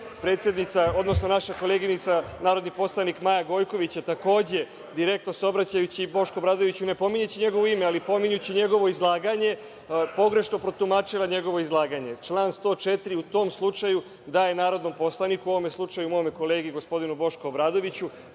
njegovo izlaganje. Naša koleginica narodni poslanik Maja Gojković je, takođe direktno se obraćajući Bošku Obradoviću, ne pominjući njegovo ime, ali pominjući njegovo izlaganje, pogrešno protumačila njegovo izlaganje. Član 104. u tom slučaju daje narodnom poslaniku, u ovom slučaju mome kolegi gospodinu Bošku Obradoviću,